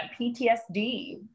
PTSD